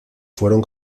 fueron